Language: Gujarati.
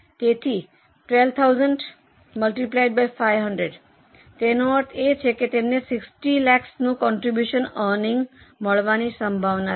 તેથી 12000 ગુણાકાર 500 તેનો અર્થ એ કે તેમને 60 લાખનું કોન્ટ્રીબ્યુશન અર્નિંગ મળવાની સંભાવના છે